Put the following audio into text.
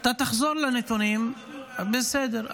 אתה תחזור לנתונים, אתה מדבר בערבית, בסדר.